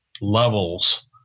levels